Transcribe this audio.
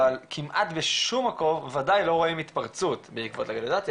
אבל כמעט בשום מקום ודאי לא רואים התפרצות בעקבות לגליזציה.